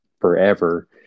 forever